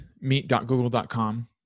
meet.google.com